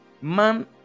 man